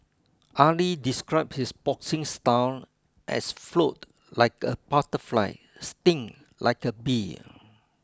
Ali described his boxing style as float like a butterfly sting like a bee